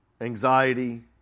anxiety